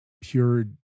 pure